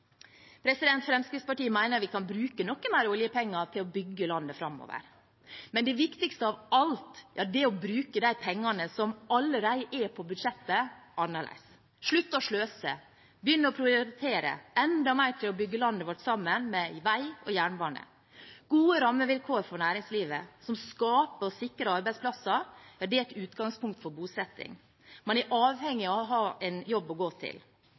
Fremskrittspartiet mener vi kan bruke noe mer oljepenger til å bygge landet framover, men det viktigste av alt er å bruke de pengene som allerede er på budsjettet, annerledes. Vi må slutte å sløse og begynne å prioritere enda mer til å bygge landet vårt sammen, med vei og jernbane, og med gode rammevilkår for næringslivet, som skaper og sikrer arbeidsplasser. Det er et utgangspunkt for bosetting. Man er avhengig av å ha en jobb å gå til.